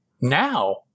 now